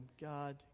God